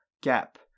gap